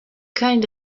kind